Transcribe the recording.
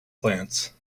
plants